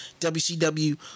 WCW